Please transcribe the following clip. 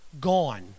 gone